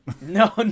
No